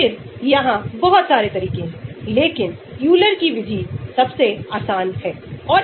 आप यहां देख सकते हैं कि गतिविधि इस तरह से बढ़ जाती है